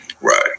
Right